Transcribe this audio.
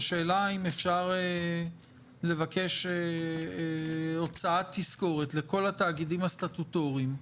השאלה אם אפשר לבקש הוצאת תזכורת לכל התאגידים הסטטוטוריים.